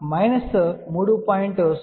06 dB సరే